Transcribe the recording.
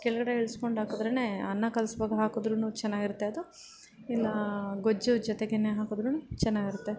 ಕೆಳಗಡೆ ಇಳ್ಸ್ಕೊಂಡು ಹಾಕಿದ್ರೆನೇ ಅನ್ನ ಕಲಸ್ವಾಗೂ ಹಾಕಿದ್ರೂ ಚೆನ್ನಾಗಿರುತ್ತೆ ಅದು ಇಲ್ಲ ಗೊಜ್ಜು ಜೊತೆಗೇ ಹಾಕಿದ್ರೂ ಚೆನ್ನಾಗಿರುತ್ತೆ